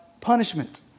punishment